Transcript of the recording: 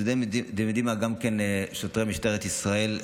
גם שוטרי משטרת ישראל,